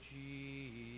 Jesus